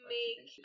make